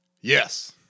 Yes